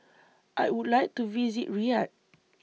I Would like to visit Riyadh